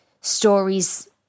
stories